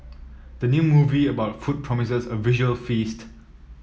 the new movie about food promises a visual feast